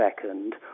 second